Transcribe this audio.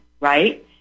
right